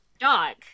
dog